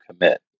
commit